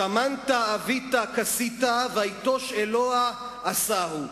שמנת עבית כסית, ויטש אלוה עשהו".